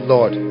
Lord